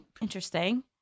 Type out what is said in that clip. Interesting